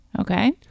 Okay